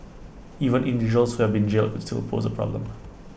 even individuals who have been jailed could still pose A problem